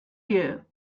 you